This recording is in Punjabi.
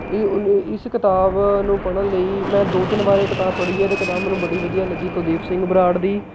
ਇਹ ਉ ਇਸ ਕਿਤਾਬ ਨੂੰ ਪੜ੍ਹਨ ਲਈ ਮੈਂ ਦੋ ਤਿੰਨ ਵਾਰ ਇਹ ਕਿਤਾਬ ਪੜ੍ਹੀ ਹੈ ਅਤੇ ਕਿਤਾਬ ਮੈਨੂੰ ਬੜੀ ਵਧੀਆ ਲੱਗੀ ਕੁਲਦੀਪ ਸਿੰਘ ਬਰਾੜ ਦੀ